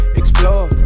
explore